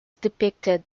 depicted